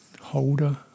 holder